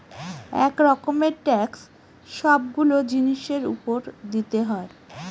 এক রকমের ট্যাক্স সবগুলো জিনিসের উপর দিতে হয়